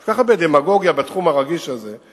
כל כך הרבה דמגוגיה בתחום הרגיש הזה.